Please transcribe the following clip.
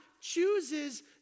chooses